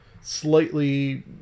slightly